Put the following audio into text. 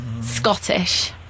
Scottish